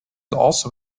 also